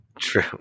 True